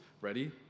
ready